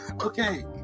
Okay